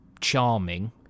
charming